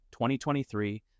2023